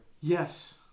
yes